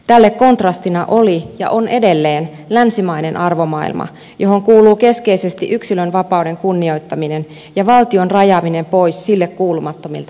tälle kontrastina oli ja on edelleen länsimainen arvomaailma johon kuuluu keskeisesti yksilönvapauden kunnioittaminen ja valtion rajaaminen pois sille kuulumattomilta elämänalueilta